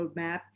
roadmap